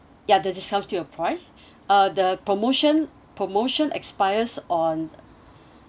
ya the discount to your price uh the promotion promotion expires on